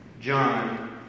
John